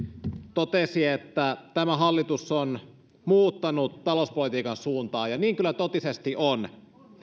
totesi että tämä hallitus on muuttanut talouspolitiikan suuntaa ja niin kyllä totisesti on